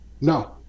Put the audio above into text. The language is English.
No